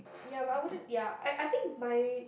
ya but I wouldn't ya I I think my